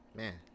man